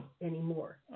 anymore